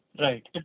Right